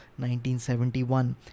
1971